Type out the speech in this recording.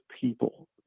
people